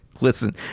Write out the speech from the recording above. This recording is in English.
Listen